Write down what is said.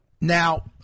Now